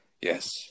Yes